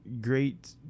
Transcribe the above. great